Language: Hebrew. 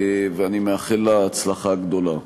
ואני מאחל לה הצלחה גדולה.